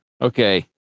okay